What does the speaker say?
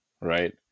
right